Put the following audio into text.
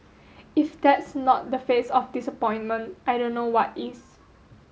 if that's not the face of disappointment I don't know what is